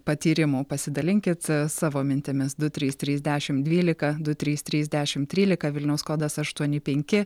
patyrimų pasidalinkit savo mintimis du trys trys dešimt dvylika du trys trys dešimt trylika vilniaus kodas aštuoni penki